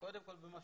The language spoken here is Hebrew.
קודם כל במה